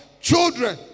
Children